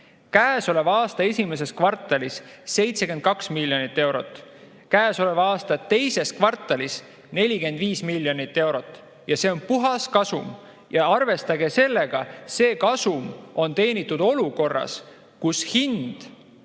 käesoleva aasta esimeses kvartalis 72 miljonit eurot, käesoleva aasta teises kvartalis 45 miljonit eurot. Ja see on puhaskasum. Ning arvestage sellega, et see kasum on teenitud olukorras, kus hind